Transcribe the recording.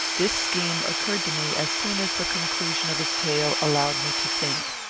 this scheme occurred to me as soon as the conclusion of his tale allowed me to think.